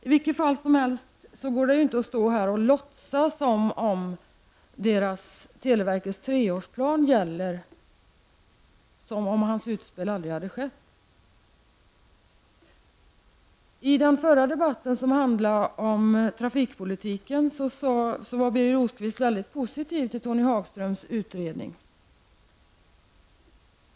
I vilket fall som helst går det inte att stå här och låtsas som om televerkets treårsplan gällde som om Tony Hagströms utspel aldrig hade skett. I den förra debatten, som handlade om trafikpolitiken, var Birger Rosqvist mycket positiv till Tony Hagströms utredning.